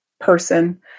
person